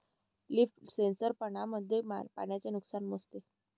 leaf sensor पानांमधील पाण्याचे नुकसान मोजते